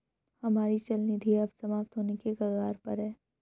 हमारी चल निधि अब समाप्त होने के कगार पर है